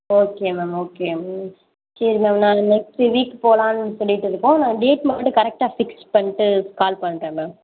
okay ma'am okay ma'am சரி ma'am நாங்கள் next week போலான்னு சொல்லிவிட்டு இருக்கோம் நாங்கள் டேட் மட்டும் கரக்ட்டாக ஃபிக்ஸ் பண்ணிட்டு கால் பண்ணுறன் மேம்